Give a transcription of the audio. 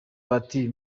bati